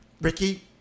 Ricky